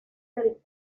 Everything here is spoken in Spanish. del